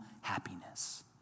happiness